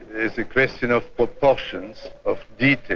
it's a question of what portions of it.